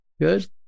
Good